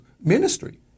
ministry